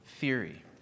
theory